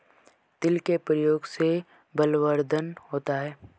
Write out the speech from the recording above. तिल के प्रयोग से बलवर्धन होता है